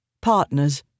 partners